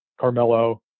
Carmelo